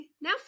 now